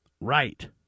right